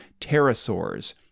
Pterosaurs